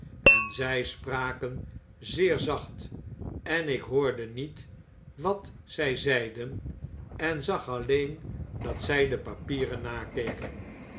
en zg spraken zeer zacht en ik hoorde niet wat zij zeiden en zag alleen dat zg de papieren nakeken